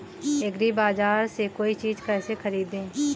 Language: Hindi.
एग्रीबाजार से कोई चीज केसे खरीदें?